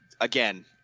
again